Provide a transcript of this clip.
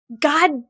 God